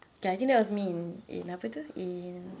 okay I think that was me in in apa tu in